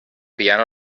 piano